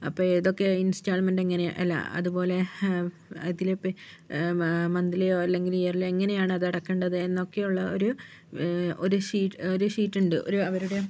അപ്പൊൾ ഏതൊക്കെ ഇൻസ്റ്റാൾമെൻറ്റ് എങ്ങനെ അല്ല അതുപോലെ അതിലിപ്പ് മന്തിലിയോ അല്ലെങ്കിൽ ഇയർളിയോ എങ്ങനെയാണതടക്കണ്ടത് എന്നൊക്കെയുള്ള ഒര് ഒരു ഷീറ്റുണ്ട് ഒര് അവരുടെ